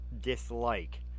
dislike